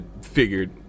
figured